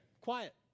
quiet